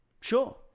Sure